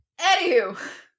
Anywho